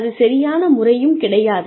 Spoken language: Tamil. அது சரியான முறையும் கிடையாது